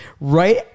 right